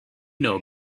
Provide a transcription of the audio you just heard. know